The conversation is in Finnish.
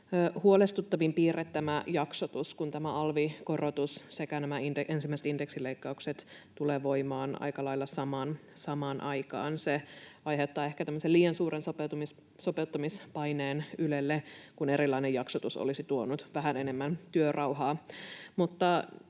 huolestuttavin piirre tämä jaksotus, kun tämä alvikorotus sekä nämä ensimmäiset indeksileikkaukset tulevat voimaan aika lailla samaan aikaan. Se aiheuttaa ehkä tämmöisen liian suuren sopeuttamispaineen Ylelle, kun erilainen jaksotus olisi tuonut vähän enemmän työrauhaa.